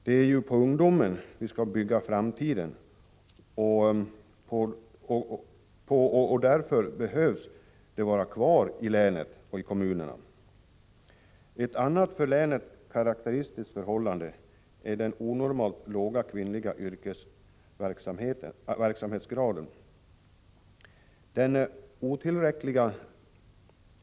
Det är ju ungdomen som vi skall bygga framtiden på, och därför behöver de vara kvar i länet och i kommunerna. Ett annat för länet karakteristiskt förhållande är den onormalt låga yrkesverksamhetsgraden bland kvinnor.